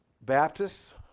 Baptists